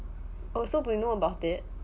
oh so they know about it